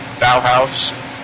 Bauhaus